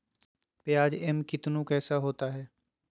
प्याज एम कितनु कैसा होता है?